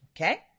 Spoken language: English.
okay